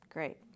Great